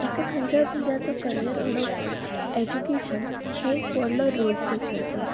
एका खंयच्याय भुरग्याचो करयर घडोवपाक एजुकेशन हें एक व्हडलो रोल प्ले करता